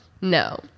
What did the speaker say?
No